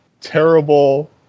terrible